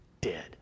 dead